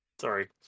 Sorry